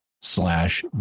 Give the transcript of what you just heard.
slash